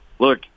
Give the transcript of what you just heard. Look